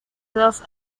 dos